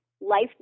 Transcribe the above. life